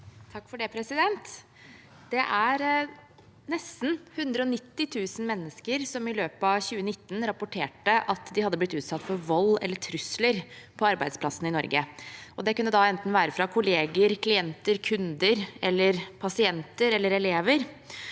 Molberg (H) Det er nesten 190 000 mennesker som i løpet av 2019 rapporterte at de hadde blitt utsatt for vold eller trusler på arbeidsplasser i Norge. Det kunne da enten være fra kollegaer, klienter, kunder, pasienter eller fra elever.